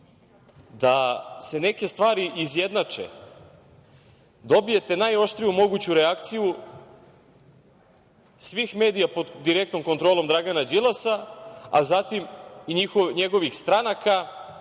da se neke stvari izjednače, dobijete najoštriju moguću reakciju svih medija pod direktnom kontrolom Dragana Đilasa, a zatim i njegovih stranaka,